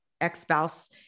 ex-spouse